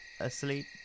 asleep